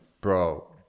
bro